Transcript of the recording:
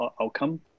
outcome